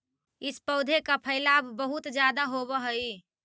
इस पौधे का फैलाव बहुत ज्यादा होवअ हई